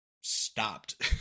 stopped